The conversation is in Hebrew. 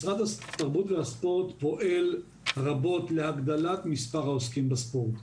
משרד התרבות והספורט פועל רבות להגדלת מספר העוסקים בספורט.